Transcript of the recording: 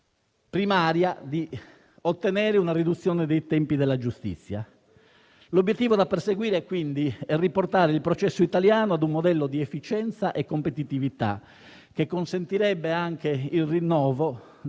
primaria di ottenere una riduzione dei tempi della giustizia. L'obiettivo da perseguire è quindi riportare il processo italiano a un modello di efficienza e competitività che consentirebbe anche il ritorno